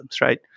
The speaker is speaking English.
right